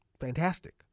fantastic